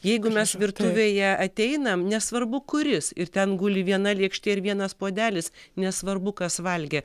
jeigu mes virtuvėje ateinam nesvarbu kuris ir ten guli viena lėkštė ir vienas puodelis nesvarbu kas valgė